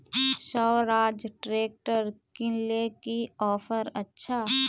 Swaraj tractor किनले की offer अच्छा?